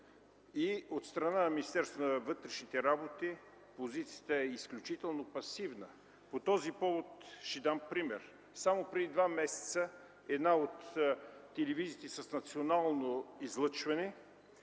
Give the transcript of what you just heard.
и от страна на Министерство на вътрешните работи позицията е изключително пасивна. По този повод, ще дам пример, само преди два месеца една от телевизиите с национално излъчване,